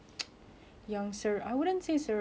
but something that really shook you up